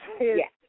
yes